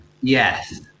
yes